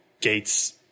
gates